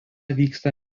vyksta